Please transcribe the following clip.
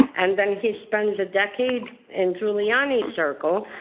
and then he spends a decade in giuliani's circle.